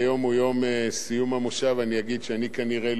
אגיד שכנראה לא הבהרתי את עצמי מספיק טוב.